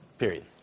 period